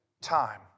time